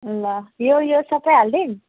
ल यो यो सब हालिदिऊँ